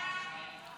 ארבעה מתנגדים.